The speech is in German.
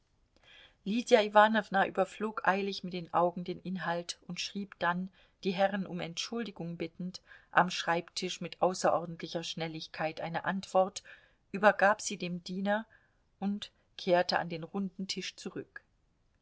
lydia iwanowna überflog eilig mit den augen den inhalt und schrieb dann die herren um entschuldigung bittend am schreibtisch mit außerordentlicher schnelligkeit eine antwort übergab sie dem diener und kehrte an den runden tisch zurück